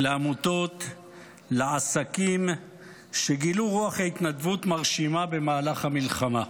לעמותות ולעסקים שגילו רוח התנדבות מרשימה במהלך המלחמה.